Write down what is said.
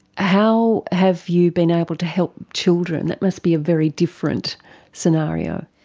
how have you been able to help children? that must be a very different scenario.